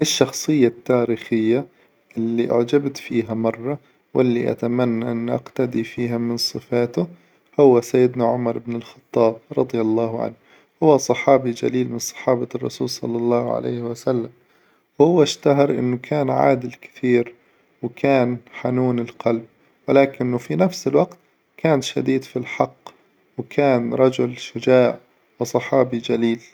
الشخصية التاريخية إللي أعجبت فيها مرة وإللي أتمنى إن أقتدي فيها من صفاته، هو سيدنا عمر بن الخطاب رظي الله عنه، هو صحابي جليل من صحابة الرسول صلى الله عليه وسلم، وهو اشتهر إنه كان عادل كثير، وكان حنون القلب، ولكن في نفس الوقت كان شديد في الحق، وكان رجل شجاع، وصحابي جليل.